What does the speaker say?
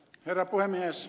herra puhemies